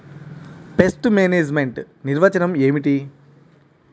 Pest management నిర్వచనం ఏమిటి?